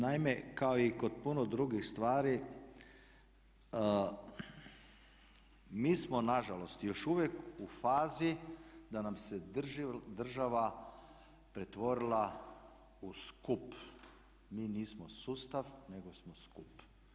Naime kao i kod puno drugih stvari mi smo nažalost još uvijek u fazi da nam se država pretvorila u skup, mi nismo sustav nego smo skup.